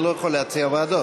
אני לא יכול להציע ועדות.